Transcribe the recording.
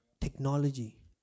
Technology